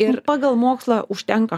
ir pagal mokslą užtenka